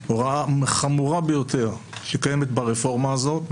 הוא ההוראה החמורה ביותר שקיימת ברפורמה הזו,